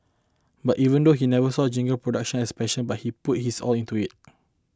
but even though he never saw jingle production as a passion but he put his all into it